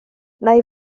nai